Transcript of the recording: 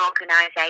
organisation